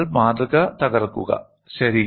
നിങ്ങൾ മാതൃക തകർക്കുക ശരി